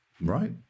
Right